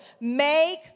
make